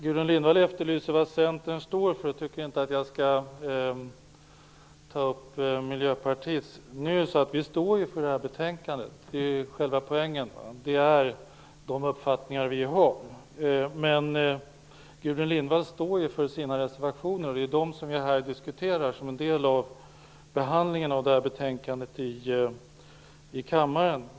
Gudrun Lindvall frågar vad Centern står för. Vi står för det här betänkandet. Det är själva poängen. Det motsvarar de uppfattningar vi har. Gudrun Lindvall står för sina reservationer, och det är de som jag här diskuterar som en del av behandlingen av det här betänkande i kammaren.